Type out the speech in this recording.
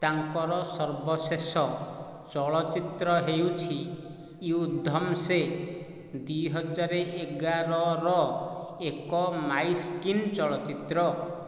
ତାଙ୍କର ସର୍ବଶେଷ ଚଳଚ୍ଚିତ୍ର ହେଉଛି ୟୁଦ୍ଧମ୍ ସେ ଦୁଇ ହଜାର ଏଗାରର ଏକ ମାଇସ୍କିନ୍ ଚଳଚ୍ଚିତ୍ର